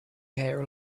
care